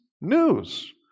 news